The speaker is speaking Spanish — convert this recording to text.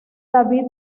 david